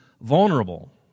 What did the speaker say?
vulnerable